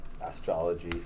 astrology